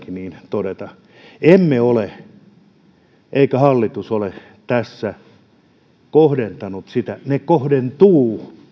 todeta emme ole eikä hallitus ole tässä kohdentanut sitä ne kohdentuvat